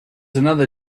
another